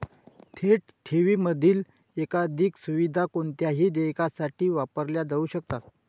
थेट ठेवींमधील एकाधिक सुविधा कोणत्याही देयकासाठी वापरल्या जाऊ शकतात